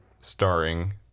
Starring